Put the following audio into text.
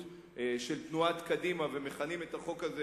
של תנועת קדימה ומכנים את החוק הזה